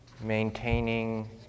Maintaining